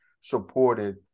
supported